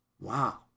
Wow